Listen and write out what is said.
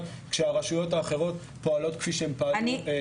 כשהרשויות האחרות פועלות כפי שהן פעלו קודם לכן.